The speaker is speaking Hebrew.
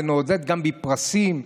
ונעודד גם בפרסים,